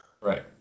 Right